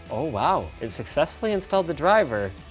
oh, wow. it successfully installed the driver.